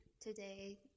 today